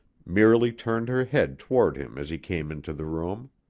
merely turned her head toward him as he came into the room.